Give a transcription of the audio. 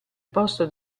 posto